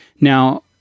Now